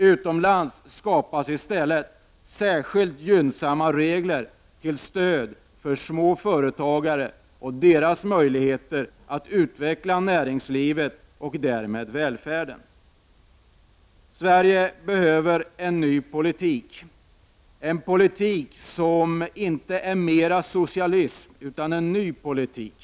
Utomlands skapas i stället särskilt gynnsamma regler till stöd för små företagare och deras möjligheter att utveckla näringslivet och därmed öka välfärden. Sverige behöver inte mer socialism utan en ny politik.